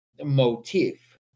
motif